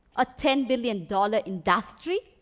a ten billion dollars industry.